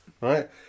right